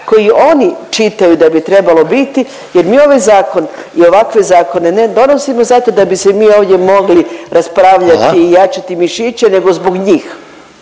koji oni čitaju da bi trebalo biti jer mi ovaj zakon i ovakve zakone ne donosimo zato da bi se mi ovdje mogli raspravljati… …/Upadica Željko Reiner: